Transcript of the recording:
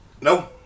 No